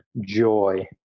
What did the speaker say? joy